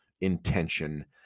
intention